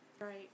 Right